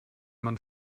man